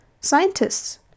scientists